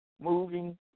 moving